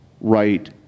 right